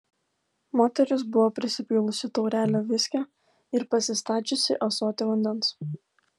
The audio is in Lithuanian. moteris buvo prisipylusi taurelę viskio ir pasistačiusi ąsotį vandens